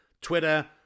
Twitter